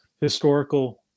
historical